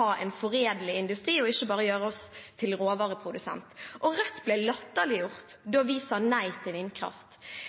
ha en foredlingsindustri og ikke bare gjøre oss til råvareprodusent. Rødt ble latterliggjort da vi sa nei til vindkraft.